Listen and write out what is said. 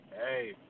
Hey